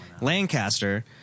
Lancaster